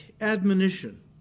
admonition